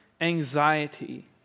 anxiety